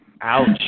Ouch